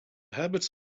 habits